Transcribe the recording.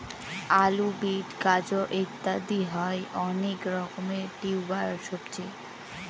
আলু, বিট, গাজর ইত্যাদি হয় অনেক রকমের টিউবার সবজি